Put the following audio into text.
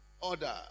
order